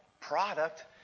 product